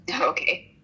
Okay